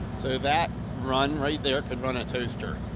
so, that run right there could run a toaster.